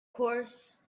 course